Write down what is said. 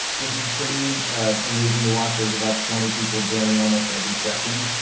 this is pretty amazing to watch as about twenty people joining almost every second.